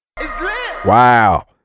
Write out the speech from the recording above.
Wow